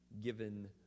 given